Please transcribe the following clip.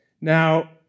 Now